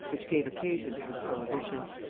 which gave occasion to this prohibition.